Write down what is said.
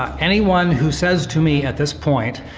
anyone who says to me at this point,